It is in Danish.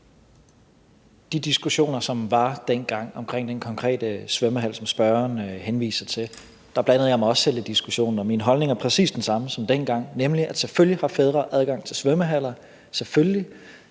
De diskussioner, som var dengang, omkring den konkrete svømmehal, som spørgeren henviser til, blandede jeg mig også selv i, og min holdning er præcis den samme som dengang, nemlig at selvfølgelig har fædre adgang til svømmehaller – selvfølgelig.